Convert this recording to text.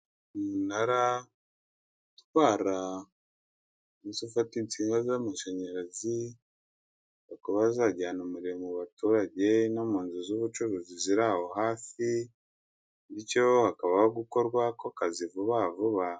Umunara utwara ndetse ufata insinga z'amashanyarazi, mu kuba zajyana umurimo mu baturage no mu nzu z'ubucuruzi ziri aho hafi, bityo hakabaho gukorwa ku akazi vuba vuba.